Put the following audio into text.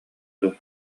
дуо